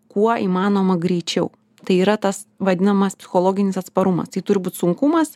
kuo įmanoma greičiau tai yra tas vadinamas psichologinis atsparumas tai turi būt sunkumas